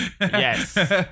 Yes